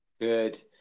Good